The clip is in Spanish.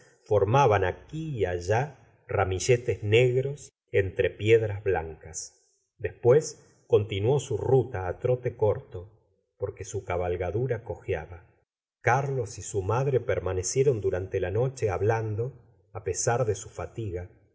formaban aqui y allá ramilletes negros entre piedras blancas después continuó su ruta á trote corto porque su cabalgadura cojeaba carlos y su madre permanecieron durante la noche hablando á pesar de su fatiga